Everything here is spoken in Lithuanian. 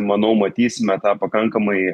manau matysime tą pakankamai